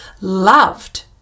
loved